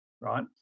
right